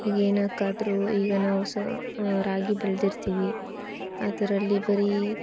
ಈಗ ಏನಕ್ಕಾದರೂ ಈಗ ನಾವು ರಾಗಿ ಬೆಳೆದಿರ್ತೀವಿ ಅದರಲ್ಲಿ ಬರೀ